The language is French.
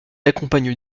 accompagne